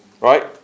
Right